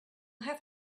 have